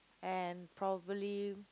and probably